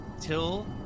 Till